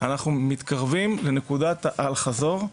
מתקרבים לנקודת אל-חזור.